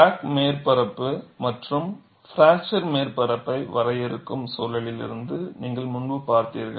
crack மேற்பரப்பு மற்றும் fracture மேற்பரப்பை வரையறுக்கும் சூழலில் இருந்து நீங்கள் முன்பு பார்த்தீர்கள்